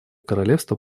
королевство